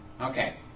Okay